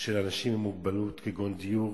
של אנשים עם מוגבלות כגון דיור